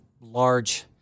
large